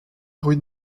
rude